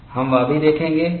हम वह भी देखेंगे